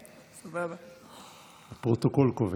הפרוטוקול קובע.